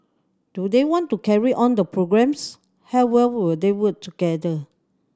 do they want to carry on the programmes how well will they work together